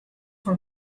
for